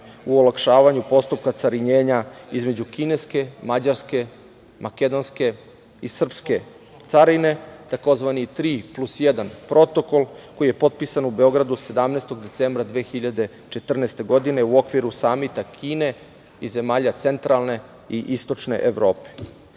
u olakšavanju postupka carinjenja između kineske, mađarske, makedonske i srpske carine, tzv. „Tri plus jedan“ Protokol koji je potpisan u Beogradu 17. decembra 2014. godine u okviru Samita Kine i zemalja centralne i istočne Evrope. Imajući